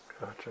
Gotcha